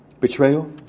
Betrayal